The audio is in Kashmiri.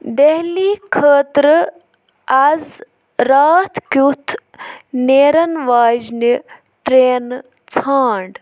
دہلی خٲطرٕ آز راتھ کیُتھ نیرَن واجنہِ ٹرٛینہٕ ژھانٛڈ